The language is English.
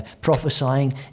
prophesying